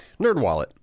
NerdWallet